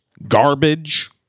garbage